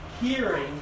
hearing